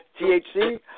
THC